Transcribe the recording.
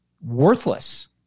worthless